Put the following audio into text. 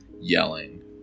yelling